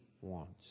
wants